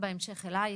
בהמשך אלייך,